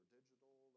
digital